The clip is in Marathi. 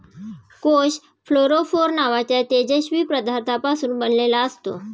कोष फ्लोरोफोर नावाच्या तेजस्वी पदार्थापासून बनलेला असतो